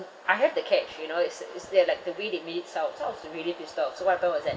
I heard the catch you know it's it's they're like the way they made it sounds so I was really pissed off so what happened was that